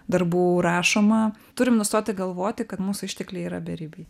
darbų rašoma turim nustoti galvoti kad mūsų ištekliai yra beribiai